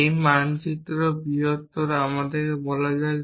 এই মানচিত্র বৃহত্তর আমাদের বলা যাক